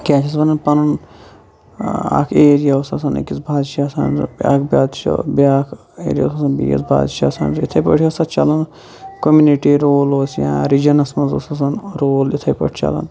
کیاہ چھِس وَنان پَنُن اکھ ایریا اوس آسان أکِس بادشَہَس اَنڈَر بیاکھ بادشاہ بیاکھ ایریا اوس آسان بیٚیِس بادشَہَس اَنڈَر یِتھے پٲٹھۍ ٲسۍ چَلان کوٚمنٹی رول اوس یا رِجَنَس مَنٛز اوس آسان رول یِتھے پٲٹھۍ چَلاَن